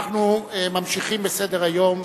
אנחנו ממשיכים בסדר-היום.